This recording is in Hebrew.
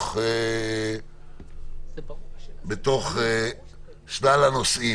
בחשבון, בין שלל הנושאים.